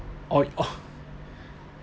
oh